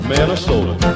Minnesota